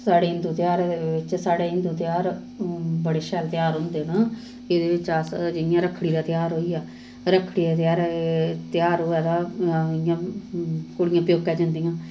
साढ़े हिन्दू तेहारें दे बिच्च साढ़े हिन्दू तेहार बड़े शैल तेहार होंदे न एह्दे बिच्च अस जि'यां रक्खड़ी दा तेहार होई गेआ रक्खड़ी दा तेहारै तेहार होऐ तां इ'यां कुड़ियां प्योकै जंदियां